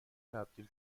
تبدیل